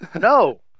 No